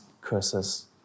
curses